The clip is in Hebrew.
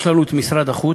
יש לנו משרד החוץ,